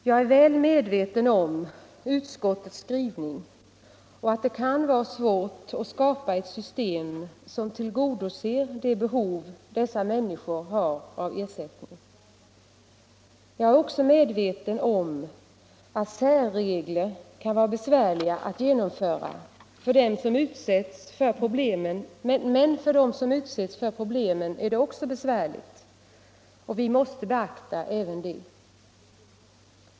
Jag är väl medveten om utskottets skrivning och om att det kan vara svårt att skapa ett system som tillgodoser dessa människors behov av ersättning. Jag är på det klara med att särregler kan vara besvärliga att genomföra, men också för dem som utsätts för problemen är det besvärligt, och vi måste beakta även det.